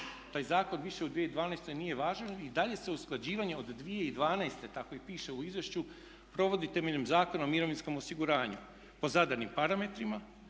Taj zakon više u 2012.nije važio i dalje se usklađivanje od 2012., tako i piše u izvješću, provodi temeljem Zakona o mirovinskom osiguranju po zadanim parametrima